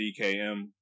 DKM